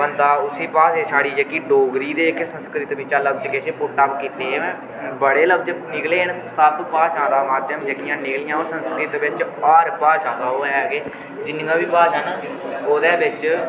बन्दा उसी भाशा गी साढ़ी जेह्की डोगरी ते इक संस्कृत बिचा लफ्ज़ किश पुट आफ कीते दे न बड़े लफ्ज़ निकले न सब भाशा दा माध्यम जेह्कियां हून संस्कृत बिच्च भाशा दा ओह् ऐ जिन्नियां बी भाशा न ओह्दे बिच्च